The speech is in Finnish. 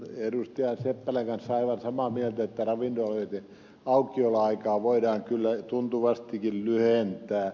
seppälän kanssa aivan samaa mieltä että ravintoloiden aukioloaikaa voidaan kyllä tuntuvastikin lyhentää